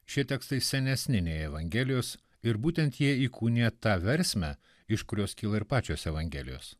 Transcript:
šie tekstai senesni nei evangelijos ir būtent jie įkūnija tą versmę iš kurios kyla ir pačios evangelijos